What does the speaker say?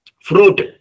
fruit